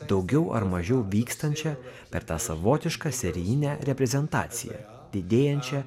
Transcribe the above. daugiau ar mažiau vykstančią per tą savotišką serijinę reprezentaciją didėjančią